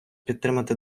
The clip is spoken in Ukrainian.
підтримати